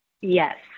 Yes